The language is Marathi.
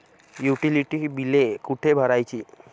युटिलिटी बिले कुठे भरायची?